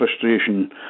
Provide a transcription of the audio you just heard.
frustration